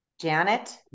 Janet